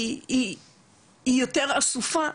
היא יותר אסופה.